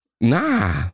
Nah